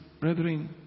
brethren